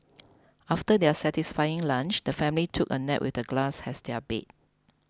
after their satisfying lunch the family took a nap with the grass as their bed